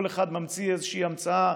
כל אחד ממציא איזושהי המצאה.